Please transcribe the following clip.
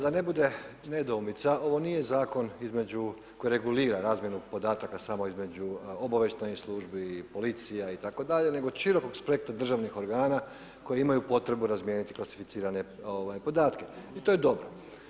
Da ne bude nedoumica, ovo nije zakon između, koji regulira razmjenu podataka samo između obavještajnih službi, policija itd. nego širokog spektra državnih organa koji imaju potrebu razmijeniti klasificirane podatke i to je dobro.